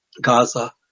Gaza